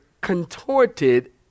contorted